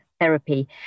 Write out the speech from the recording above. therapy